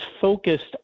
focused